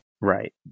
Right